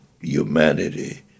humanity